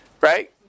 right